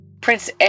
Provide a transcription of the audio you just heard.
Prince